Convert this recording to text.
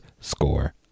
score